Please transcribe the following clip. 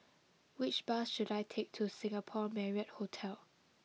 which bus should I take to Singapore Marriott Hotel